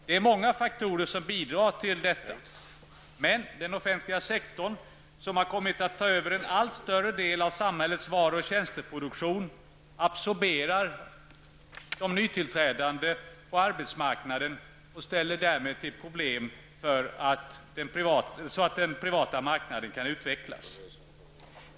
Det är många faktorer som bidrar till detta, men den offentliga sektorn, som har kommit att ta över en allt större del av samhällets varu och tjänsteproduktion absorberar de nytillträdande på arbetsmarknaden och ställer därmed till problem vid den privata sektorns utveckling.